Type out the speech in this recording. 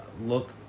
Look